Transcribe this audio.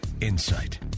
insight